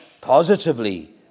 positively